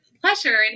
pleasure